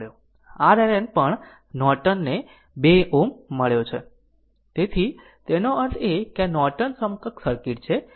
અને r RN પણ Norton ને 2 Ω મળ્યો છે તેથી તેનો અર્થ એ કે આ નોર્ટન સમકક્ષ સર્કિટ છે